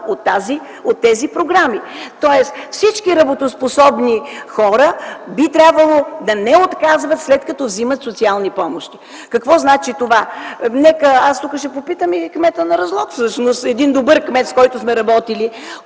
от тези програми. Тоест всички работоспособни хора би трябвало да не отказват, след като вземат социални помощи. Какво значи това? Аз ще попитам и кмета на Разлог – един добър кмет, с който сме работили: